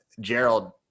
Gerald